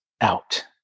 out